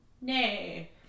nay